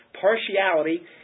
Partiality